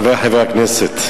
חברי חברי הכנסת,